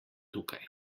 tukaj